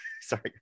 Sorry